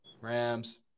Rams